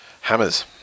Hammers